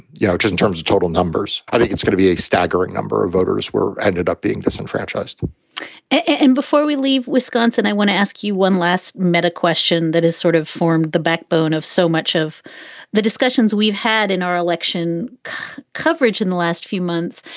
you know, just in terms of total numbers, i think it's going to be a staggering number of voters were ended up being disenfranchised and before we leave wisconsin, i want to ask you one less met a question that has sort of formed the backbone of so much of the discussions we've had in our election coverage in the last few months.